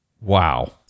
Wow